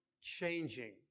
changing